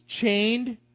chained